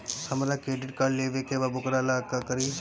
हमरा credit card लेवे के बा वोकरा ला का करी?